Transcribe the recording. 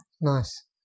Nice